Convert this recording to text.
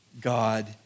God